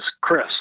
Chris